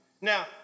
Now